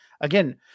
again